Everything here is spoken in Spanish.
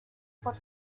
por